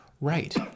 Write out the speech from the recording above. Right